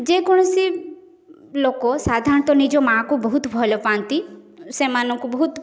ଯେକୌଣସି ଲୋକ ସାଧାରଣତଃ ନିଜ ମାଆଙ୍କୁ ବହୁତ ଭଲପାଆନ୍ତି ସେମାନଙ୍କୁ ବହୁତ